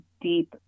deep